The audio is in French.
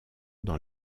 dans